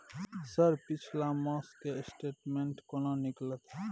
Sir पिछला मास के स्टेटमेंट केना निकलते?